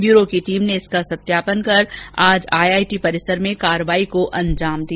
bureau की team ने इसका सत्यापन कर आज आईआईटी परिसर में कार्रवाई को अंजाम दिया